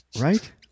Right